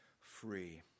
free